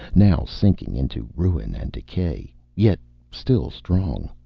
now sinking into ruin and decay, yet still strong.